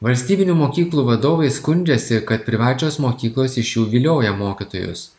valstybinių mokyklų vadovai skundžiasi kad privačios mokyklos iš jų vilioja mokytojus